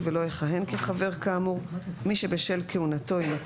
יכהן כחבר כאמור מי שבשל כהונתו יימצא,